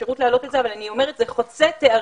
תודה על האפשרות להעלות את זה אבל אני אומרת שזה חוצה תארים.